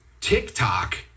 TikTok